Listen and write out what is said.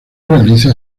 realiza